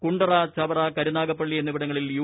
കുണ്ടറ ചവറ കരുനാഗപ്പള്ളി എന്നിവിടങ്ങളിൽ യു